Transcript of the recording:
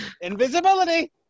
invisibility